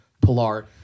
Pilar